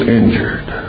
injured